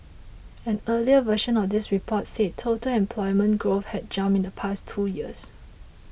an earlier version of this report said total employment growth had jumped in the past two years